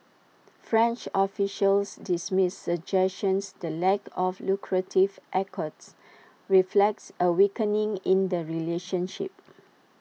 French officials dismiss suggestions the lack of lucrative accords reflects A weakening in the relationship